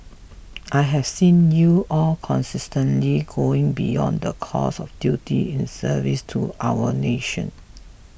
I have seen you all consistently going beyond the call of duty in service to our nation